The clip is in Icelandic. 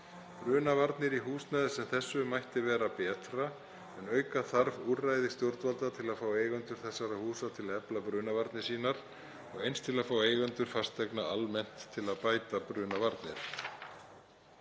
Brunavarnir í húsnæði sem þessu mættu vera betri en auka þarf úrræði stjórnvalda til að fá eigendur þessara húsa til að efla brunavarnir sínar og eins til að fá eigendur fasteigna almennt til að bæta brunavarnir.